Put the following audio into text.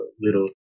little